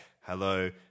hello